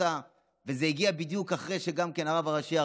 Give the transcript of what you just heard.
וזה הגיע בדיוק אחרי שגם כן הרב הראשי,